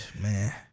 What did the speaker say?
Man